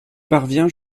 parvient